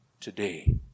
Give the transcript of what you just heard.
today